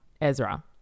Ezra